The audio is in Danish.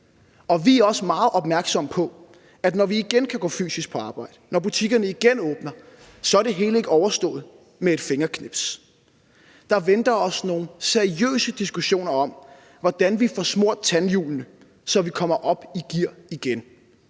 os. Vi er også meget opmærksomme på, at når vi igen kan gå fysisk på arbejde, når butikkerne igen åbner, så er det hele ikke overstået med et fingerknips. Der venter os nogle seriøse diskussioner om, hvordan vi får smurt tandhjulene, så vi kommer op i gear igen,